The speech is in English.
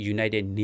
United